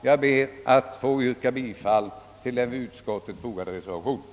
Jag ber att få yrka bifall till den vid utskottets utlåtande fogade reservationen.